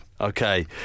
Okay